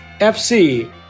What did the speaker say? FC